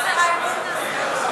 למה לא קיבלת את התיק?